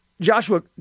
Joshua